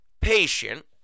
patient